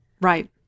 Right